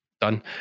done